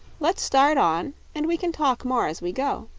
let's start on, and we can talk more as we go.